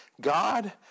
God